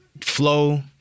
flow